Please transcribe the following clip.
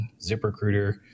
ZipRecruiter